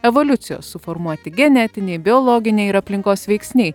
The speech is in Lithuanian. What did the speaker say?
evoliucijos suformuoti genetiniai biologiniai ir aplinkos veiksniai